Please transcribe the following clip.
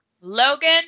Logan